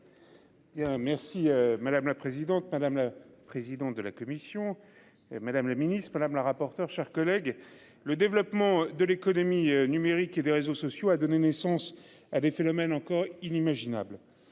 Merci madame la présidente, madame la présidente de la commission et Madame la Ministre Madame la rapporteure, chers collègues. Le développement de l'économie numérique et des réseaux sociaux a donné naissance à des phénomènes encore inimaginable